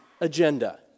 Agenda